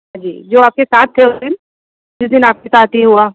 जी जो आपके साथ थे उस दिन जिस दिन आपके साथ यह हुआ